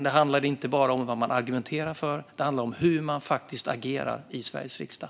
Det handlar inte bara om vad man argumenterar för, utan det handlar även om hur man faktiskt agerar i Sveriges riksdag.